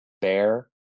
bear